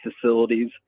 facilities